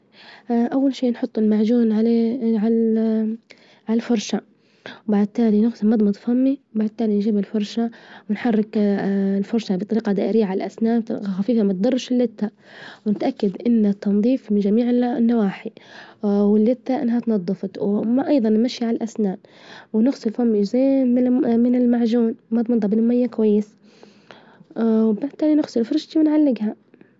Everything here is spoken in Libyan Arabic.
أول شي نحط المعجون عليه على الفرشة، بعد تالي نغسل نمظمظ فمي، بعد تالي نجيب الفرشة ونحرك الفرشة بطريجة دائرية على الاسنان خفيفة ما تظرش اللتة، ونتأكد إن التنظيف من جميع النواحي، واللتة إنها اتنظفت، أيظا نمشي على الأسنان، ونغسل فمي من المعجون مظمظة بالمية كويس، وبالتالي نغسل فرشتي ونعلجها.